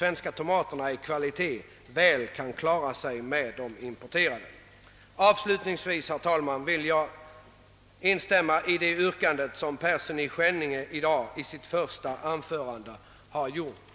Med detta, herr talman, ber jag att få yrka bifall till reservationerna nr 1, 3, 6, 8, 9, 10, 12 och 13 b samt i övrigt till vad utskottet hemställt.